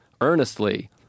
earnestly